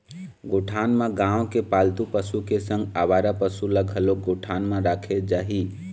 गौठान म गाँव के पालतू पशु के संग अवारा पसु ल घलोक गौठान म राखे जाही